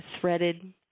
threaded